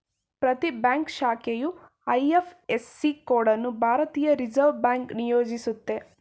ಪ್ರತಿ ಬ್ಯಾಂಕ್ ಶಾಖೆಯು IFSC code ಅನ್ನು ಭಾರತೀಯ ರಿವರ್ಸ್ ಬ್ಯಾಂಕ್ ನಿಯೋಜಿಸುತ್ತೆ